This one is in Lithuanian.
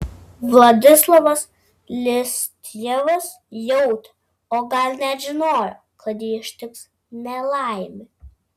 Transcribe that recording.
vladislavas listjevas jautė o gal net žinojo kad jį ištiks nelaimė